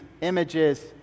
images